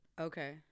okay